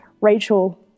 Rachel